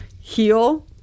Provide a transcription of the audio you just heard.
heal